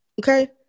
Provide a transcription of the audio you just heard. Okay